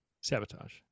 Sabotage